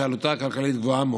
שעלותה הכלכלית גבוהה מאוד,